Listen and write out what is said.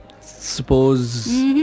Suppose